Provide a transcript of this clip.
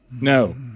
No